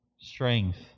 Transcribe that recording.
Strength